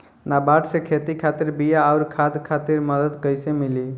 नाबार्ड से खेती खातिर बीया आउर खाद खातिर मदद कइसे मिली?